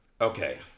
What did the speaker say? Okay